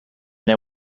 they